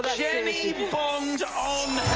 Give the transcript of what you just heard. bond on